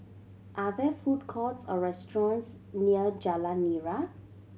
are there food courts or restaurants near Jalan Nira